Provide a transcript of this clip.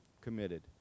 committed